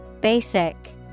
Basic